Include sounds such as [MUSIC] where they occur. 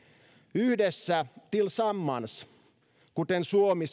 yhdessä tillsammans kuten suomi [UNINTELLIGIBLE]